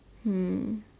hmm